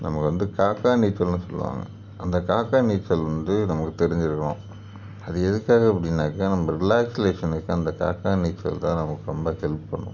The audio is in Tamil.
நமக்கு வந்து காக்கா நீச்சல்னு சொல்லுவாங்க அந்த காக்கா நீச்சல் வந்து நமக்கு தெரிஞ்சுருக்கணும் அது எதுக்காக அப்படின்னாக்கா நம்ப ரிலாக்ஸ்லேஷனுக்கு அந்த காக்கா நீச்சல் தான் நமக்கு ரொம்ப ஹெல்ப் பண்ணும்